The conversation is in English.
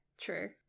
true